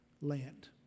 land